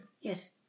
Yes